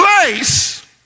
place